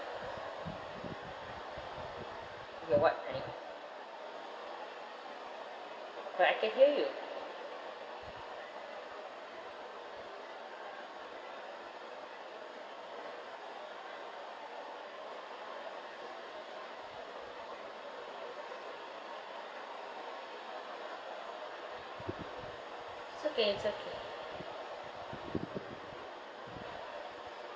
okay what next but I can hear you it's okay it's okay